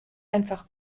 einfach